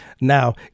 now